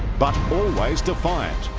but always defiant.